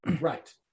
Right